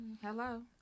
Hello